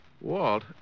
Walt